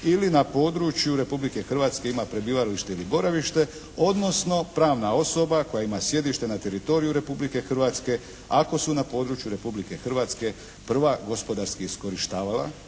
ili na području Republike Hrvatske ima prebivalište ili boravište, odnosno pravna osoba koja ima sjedište na teritoriju Republike Hrvatske ako su na području Republike Hrvatske prva gospodarski iskorištavala